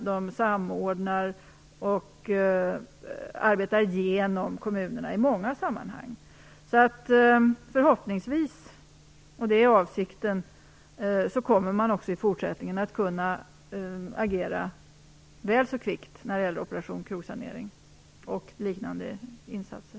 De samordnar, och de arbetar genom kommunerna i många sammanhang. Förhoppningsvis - det är också avsikten - kommer man även i fortsättningen att kunna agera väl så kvickt när det gäller Operation krogsanering och liknande insatser.